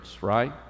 right